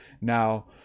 Now